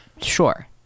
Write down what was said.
sure